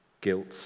Guilt